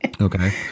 Okay